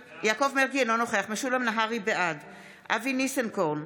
אינו נוכח משולם נהרי, בעד אבי ניסנקורן,